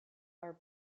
are